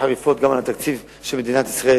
חריפות גם על התקציב של מדינת ישראל,